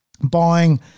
buying